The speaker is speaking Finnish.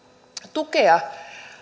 tukea